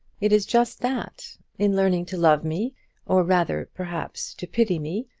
it is just that. in learning to love me or rather, perhaps, to pity me,